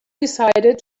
decided